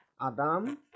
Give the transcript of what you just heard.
Adam